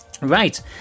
Right